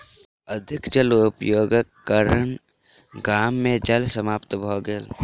अधिक जल उपयोगक कारणेँ गाम मे जल समाप्त भ गेल